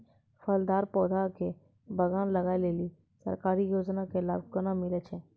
फलदार पौधा के बगान लगाय लेली सरकारी योजना के लाभ केना मिलै छै?